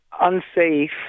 unsafe